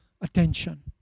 attention